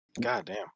Goddamn